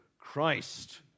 Christ